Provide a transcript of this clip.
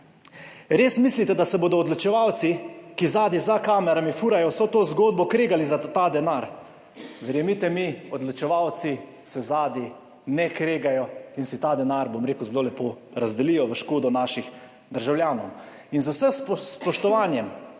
Res mislite, da se bodo odločevalci, ki zadaj za kamerami furajo vso to zgodbo, kregali za ta denar? Verjemite mi, odločevalci se zadaj ne kregajo in si ta denar, bom rekel, zelo lepo razdelijo v škodo naših državljanov. In z vsem spoštovanjem,